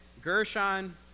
Gershon